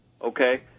Okay